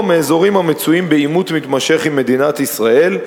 או מאזורים המצויים בעימות מתמשך עם מדינת ישראל,